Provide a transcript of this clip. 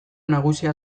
nagusia